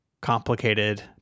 complicated